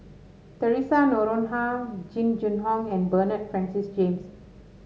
Theresa Noronha Jing Jun Hong and Bernard Francis James